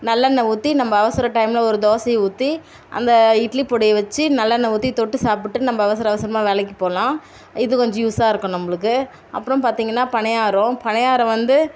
நல்லெண்ணய் ஊற்றி நம்ம அவசர டைமில் ஒரு தோசையை ஊற்றி அந்த இட்லி பொடியை வச்சி நல்லெண்ணய் ஊற்றி தொட்டு சாப்புட்டு நம்ம அவசரம் அவசரமாக வேலைக்கு போகலாம் இது கொஞ்சம் யூஸாக இருக்கும் நம்மளுக்கு அப்புறம் பார்த்தீங்கன்னா பனியாரம் பனியாரம் வந்து